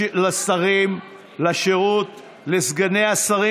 לשרים, לשרות, לסגני השרים